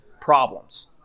problems